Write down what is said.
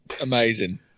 Amazing